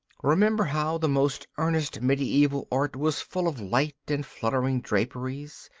remember how the most earnest mediaeval art was full of light and fluttering draperies,